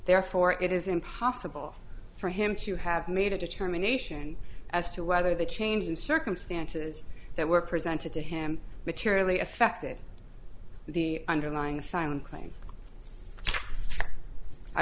therefore it is impossible for him to have made a determination as to whether the change in circumstances that were presented to him materially affected the underlying asylum claim i